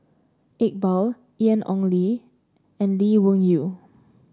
Iqbal Ian Ong Li and Lee Wung Yew